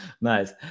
nice